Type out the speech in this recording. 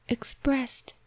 Expressed